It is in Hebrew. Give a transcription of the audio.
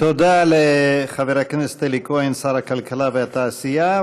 תודה לחבר הכנסת אלי כהן, שר הכלכלה והתעשייה.